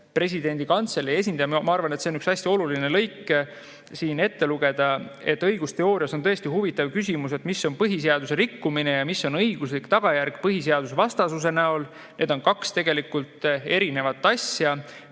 presidendi kantselei esindaja ütles – ma arvan, et see on üks hästi oluline lõik siin ette lugeda –, et õigusteoorias on tõesti huvitav küsimus, mis on põhiseaduse rikkumine ja mis on õiguslik tagajärg põhiseadusvastasuse näol. Need on tegelikult kaks erinevat asja.